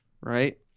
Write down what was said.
right